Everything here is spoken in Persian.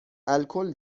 الکل